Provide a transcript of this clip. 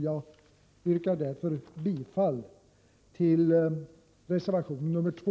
Jag yrkar därför bifall till reservation 2.